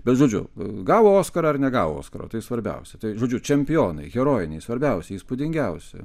bet žodžiu gavo oskarą ar negavo oskaro tai svarbiausia tai žodžių čempionai herojinis svarbiausia įspūdingiausia